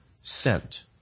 Sent